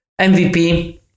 MVP